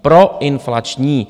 Proinflační.